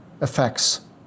effects